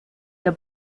der